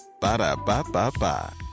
Ba-da-ba-ba-ba